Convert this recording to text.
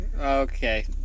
Okay